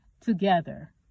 together